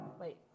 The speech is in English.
Wait